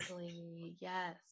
yes